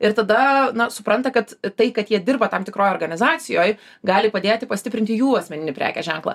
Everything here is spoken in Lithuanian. ir tada supranta kad tai kad jie dirba tam tikroj organizacijoj gali padėti pastiprinti jų asmeninį prekės ženklą